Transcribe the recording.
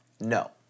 no